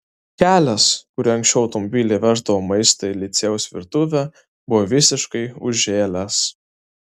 kelias kuriuo anksčiau automobiliai veždavo maistą į licėjaus virtuvę buvo visiškai užžėlęs